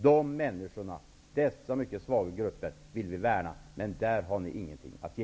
Vi vill värna om dessa mycket svaga grupper, men där har ni ingenting att ge.